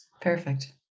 Perfect